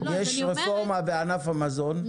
יש רפורמה בענף המזון,